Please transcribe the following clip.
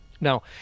Now